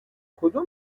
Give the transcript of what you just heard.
کدوم